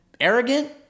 arrogant